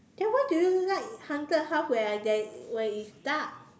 then why do you like haunted house where there where it's dark